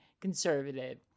conservative